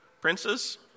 princes